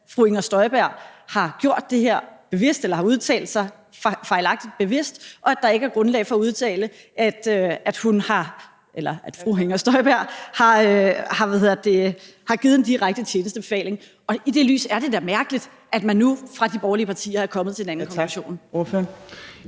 at fru Inger Støjberg har gjort det her bevidst eller har udtalt sig fejlagtigt bevidst, og at der ikke er grundlag for at udtale, at fru Inger Støjberg har givet en direkte tjenestebefaling. I det lys er det da mærkeligt, at man nu i de borgerlige partier er kommet til en anden konklusion.